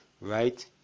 right